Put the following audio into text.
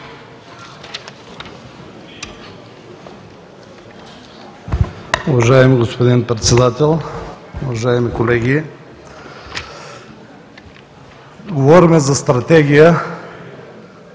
Уважаеми господин Председател, уважаеми колеги! Говорим за Стратегия